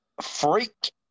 Freak